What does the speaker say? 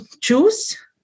choose